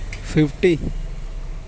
fifty